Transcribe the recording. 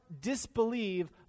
disbelieve